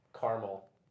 caramel